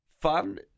fun